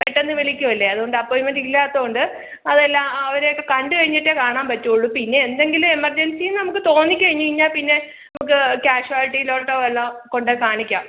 പെട്ടെന്ന് വിളിക്കുവല്ലേ അതുകൊണ്ട് അപ്പോയിൻറ്മെൻറ് ഇല്ലാത്തതുകൊണ്ട് അതെല്ലാം അവരെ ഒക്കെ കണ്ടുകഴിഞ്ഞിട്ടേ കാണാന് പറ്റുള്ളൂ പിന്നെ എന്തെങ്കിലും എമര്ജെന്സി നമുക്ക് തോന്നിക്കഴിഞ്ഞുകഴിഞ്ഞാൽ പിന്നെ നമുക്ക് കാഷ്വല്റ്റിയിലോട്ടോ വല്ലതും കൊണ്ട് കാണിക്കാം